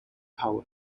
power